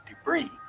debris